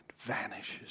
vanishes